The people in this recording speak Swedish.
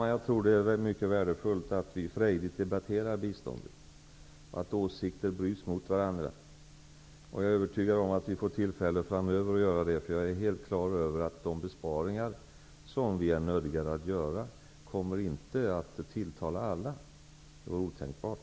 Herr talman! Det är mycket värdefullt att vi frejdigt debatterar biståndet och att åsikter bryts mot varandra. Jag är övertygad om att vi får tillfälle att göra det framöver. Jag är helt på det klara med att de besparingar vi är nödgade att göra inte kommer att tilltala alla. Det vore otänkbart.